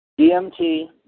DMT